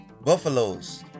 buffaloes